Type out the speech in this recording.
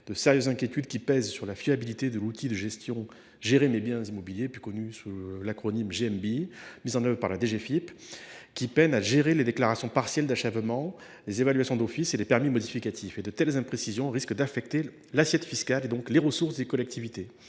de sérieuses inquiétudes pèsent sur la fiabilité de l’outil de gestion « Gérer mes biens immobiliers », plus connu sous le sigle GMBI, mis en œuvre par la DGFiP et qui peine à gérer les déclarations partielles d’achèvement, les évaluations d’office et les permis modificatifs. De telles imprécisions risquent d’affecter l’assiette fiscale, donc les ressources des collectivités.